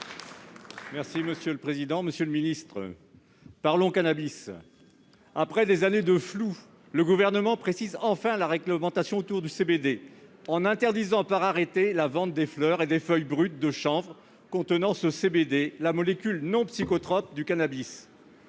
Territoires. Monsieur le ministre, parlons cannabis ! Après des années de flou, le Gouvernement précise enfin la réglementation autour du CBD (cannabidiol), en interdisant par arrêté la vente de fleurs et de feuilles brutes de chanvre contenant ce CBD, la molécule non psychotrope du cannabis.